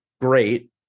great